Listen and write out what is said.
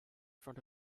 front